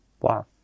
Wow